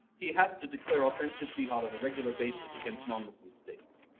he has to declare offensive jihad on a regular basis against non-muslim states.